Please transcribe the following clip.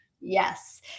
Yes